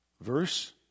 Verse